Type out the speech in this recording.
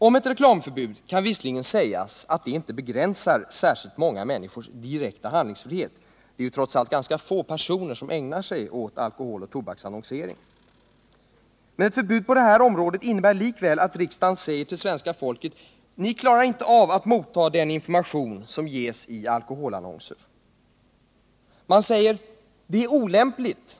Om ett reklamförbud kan visserligen sägas att det inte begränsar särskilt många människors direkta handlingsfrihet. Det är ju trots allt ett fåtal som ägnar sig åt alkoholoch tobaksannonsering. Men förbud på det här området innebär likväl att riksdagen säger till svenska folket: Ni klarar inte av att motta den information som ges i alkoholannonser.